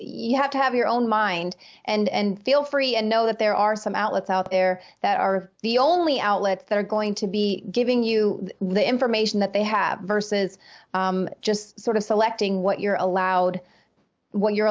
you have to have your own mind and feel free and know that there are some outlets out there that are the only outlets that are going to be giving you the information that they have versus just sort of selecting what you're allowed what you're